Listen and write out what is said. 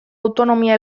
autonomia